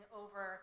over